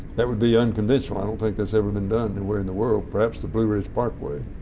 that would be unconventional. i don't think it's ever been done anywhere in the world. perhaps the blue ridge parkway.